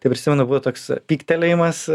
tai prisimenu buvo toks pyktelėjimas